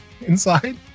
inside